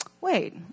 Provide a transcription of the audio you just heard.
wait